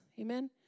Amen